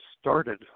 started